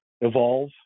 evolve